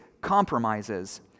compromises